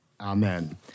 Amen